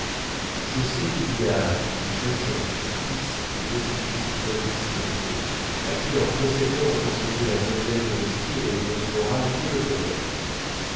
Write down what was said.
je sais qu'il y a des jeunes gens fils et petits-fils d'hommes distingués à qui leurs précepteurs ont enseigné la noblesse de l'esprit et l'élégance morale dès le collège